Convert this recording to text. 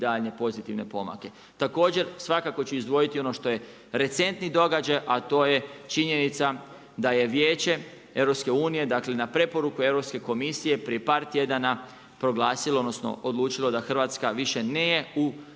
daljnje pozitivne pomake. Također, svakako ću izdvojiti ono što je recentni događaj, a to je činjenica da je Vijeće EU-a, dakle na preporuku Europske komisije prije par tjedana proglasilo, odnosno odlučilo da Hrvatska nije u